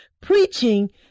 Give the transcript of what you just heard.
preaching